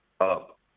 up